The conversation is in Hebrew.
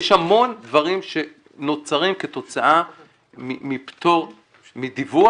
יש המון דברים שנוצרים כתוצאה מדיווח.